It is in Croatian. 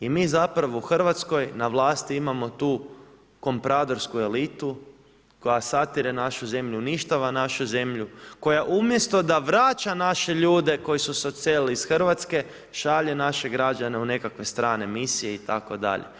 I mi zapravo u Hrvatskoj, na vlasti imamo tu kompresorsku elitu, koja satire našu zemlju, uništava našu zemlju, koja umjesto da vrača naše ljude koji su se iselili iz Hrvatske, šalje naše građane u nekakve strane misije itd.